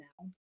now